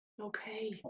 Okay